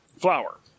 flour